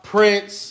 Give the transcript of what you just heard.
Prince